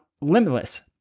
limitless